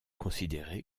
considérée